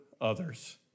others